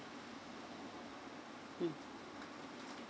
mm